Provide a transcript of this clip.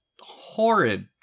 horrid